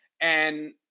And-